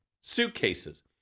suitcases